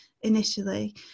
initially